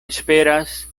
esperas